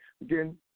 again